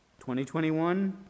2021